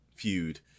feud